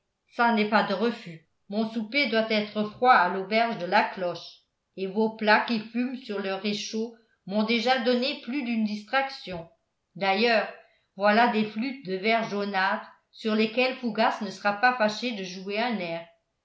ça n'est pas de refus mon souper doit être froid à l'auberge de la cloche et vos plats qui fument sur leurs réchauds m'ont déjà donné plus d'une distraction d'ailleurs voilà des flûtes de verre jaunâtre sur lesquelles fougas ne sera pas fâché de jouer un air